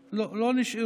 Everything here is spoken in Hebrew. מלהגיד.